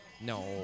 No